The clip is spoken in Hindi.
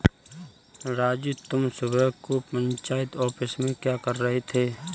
राजू तुम सुबह को पंचायत ऑफिस में क्या कर रहे थे?